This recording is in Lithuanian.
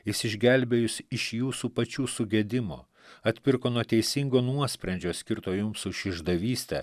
jis išgelbėjo jus iš jūsų pačių sugedimo atpirko nuo teisingo nuosprendžio skirto jums už išdavystę